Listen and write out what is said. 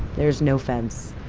there is no fence,